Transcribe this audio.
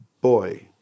boy